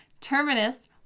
Terminus